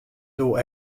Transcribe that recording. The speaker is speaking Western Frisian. doe